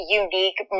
unique